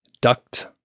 duct